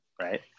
right